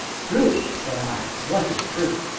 truth! said i what is truth?